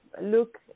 look